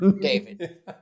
David